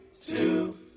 two